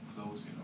close